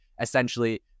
essentially